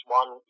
one